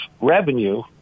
revenue